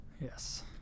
Yes